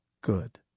good